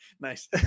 nice